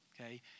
Okay